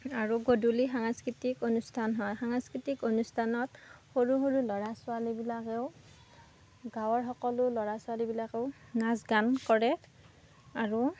আৰু গধূলি সাংস্কৃতিক অনুষ্ঠান হয় সাংস্কৃতিক অনুষ্ঠানত সৰু সৰু ল'ৰা ছোৱালীবিলাকেও গাঁৱৰ সকলো ল'ৰা ছোৱালীবিলাকেও নাচ গান কৰে আৰু